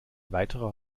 weiterer